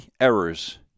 errors